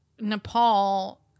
nepal